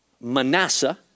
Manasseh